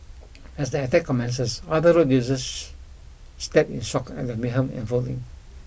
as the attack commences other road users stared in shock at the mayhem unfolding